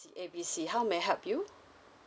A B C how may I help you